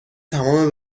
تمام